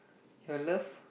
you love